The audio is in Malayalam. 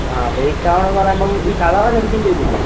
ആ വയ്ക്കാം എന്ന് പറയുമ്പം ഈ കളറൊക്കെ അടിക്കേണ്ടി വരുമോ